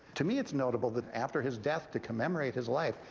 to me it's notable that, after his death, to commemorate his life,